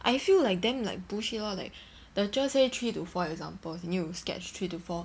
I feel like damn like bullshit lor like the cher say three to four examples you need to sketch three to four